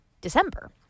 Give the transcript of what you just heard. December